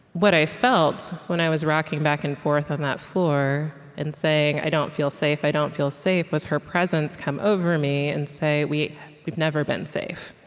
what i felt when i was rocking back and forth on that floor and saying, i don't feel safe. i don't feel safe, was her presence come over me and say, we've we've never been safe.